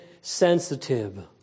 sensitive